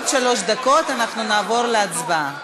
עוד שלוש דקות אנחנו נעבור להצבעה.